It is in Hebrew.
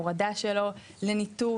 הורדה שלו לניתוב,